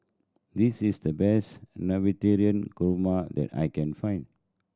this is the best Navratan Korma that I can find